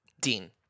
Dean